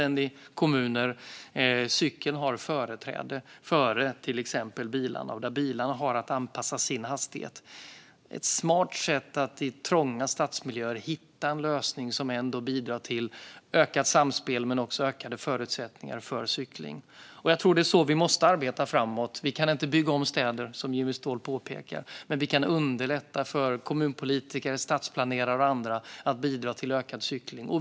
Där har cykeln företräde framför till exempel bilarna, och det är bilarna som har att anpassa sin hastighet. Det är ett smart sätt att i trånga stadsmiljöer hitta en lösning som bidrar till ökat samspel men också ökade förutsättningar för cykling. Jag tror att det är så vi måste arbeta framåt. Som Jimmy Ståhl påpekar kan vi inte bygga om städer, men vi kan underlätta för kommunpolitiker, stadsplanerare och andra att bidra till ökad cykling.